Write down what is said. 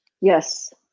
Yes